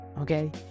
okay